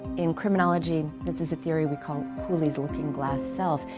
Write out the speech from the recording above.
in criminology this is a theory we call cooley's looking glass self.